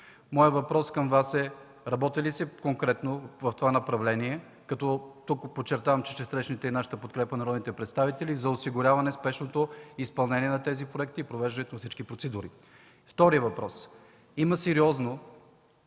Моят въпрос към Вас е: работи ли се конкретно в това направление – като тук подчертавам, че ще срещнете и подкрепата на народните представители, за осигуряване спешното изпълнение на тези проекти и провеждането на всички процедури? Вторият въпрос: има сериозен